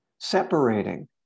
separating